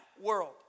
world